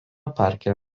parke